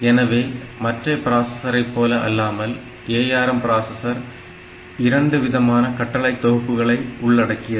எனவே மற்ற பிராஸஸரை போல் அல்லாமல் ARM பிராசஸர் இரண்டு விதமான கட்டளை தொகுப்புகளை உள்ளடக்கியது